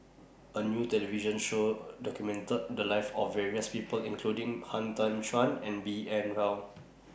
A New television Show documented The Lives of various People including Han Tan Juan and B N Rao